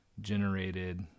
generated